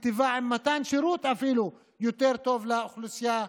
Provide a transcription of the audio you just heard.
מיטיבה עם מתן שירות אפילו יותר טוב לאוכלוסייה,